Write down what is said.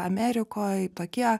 amerikoj tokie